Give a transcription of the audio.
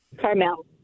Carmel